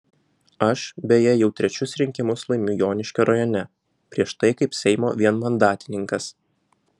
aš beje jau trečius rinkimus laimiu joniškio rajone prieš tai kaip seimo vienmandatininkas